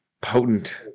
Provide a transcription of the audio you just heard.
potent